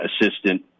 assistant